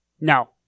No